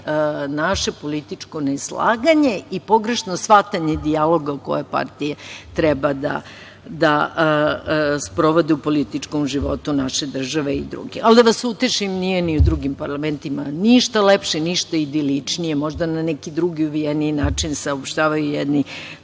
naše političko neslaganje i pogrešno shvatanje dijaloga koje partije treba da sprovode u političkom životu naše države i druge. Ali, da vas utešim, nije ni u drugim parlamentima ništa lepše i ništa idiličnije, možda na neki drugi uvijeniji način saopštavaju jedni